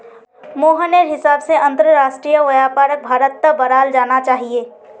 मोहनेर हिसाब से अंतरराष्ट्रीय व्यापारक भारत्त बढ़ाल जाना चाहिए